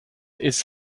its